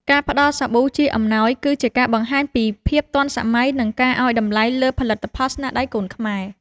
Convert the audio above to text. ការផ្តល់សាប៊ូជាអំណោយគឺជាការបង្ហាញពីភាពទាន់សម័យ និងការឱ្យតម្លៃលើផលិតផលស្នាដៃកូនខ្មែរ។